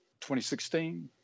2016